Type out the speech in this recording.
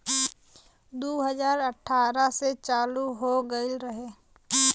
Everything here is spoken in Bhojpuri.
दू हज़ार अठारह से चालू हो गएल रहे